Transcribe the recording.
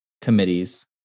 committees